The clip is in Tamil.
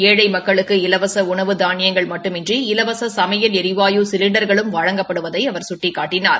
ஏழை மக்களுக்கு இலவச உணவு தாளியங்கள் மட்டுமன்றி இலவச சமையல் எரிவாயு சிலிண்டர்களும் வழங்கப்படுவதை அவர் சுட்டிக்காட்டினார்